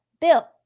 bill